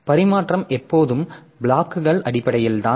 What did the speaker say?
எனவே பரிமாற்றம் எப்போதும் பிளாக்கள் அடிப்படையில் தான்